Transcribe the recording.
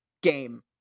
game